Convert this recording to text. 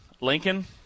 Lincoln